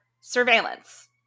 surveillance